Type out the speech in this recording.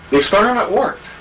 the experiment worked.